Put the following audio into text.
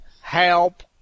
Help